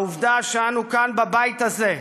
ובעובדה שאנו כאן, בבית הזה,